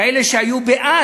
כאלה שהיו בעד,